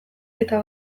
eta